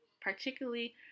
particularly